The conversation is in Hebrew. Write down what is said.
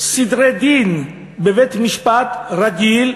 סדרי דין בבית-משפט רגיל?